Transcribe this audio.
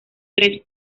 tres